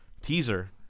teaser